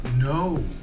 No